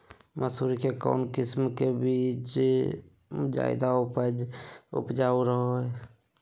मसूरी के कौन किस्म के बीच ज्यादा उपजाऊ रहो हय?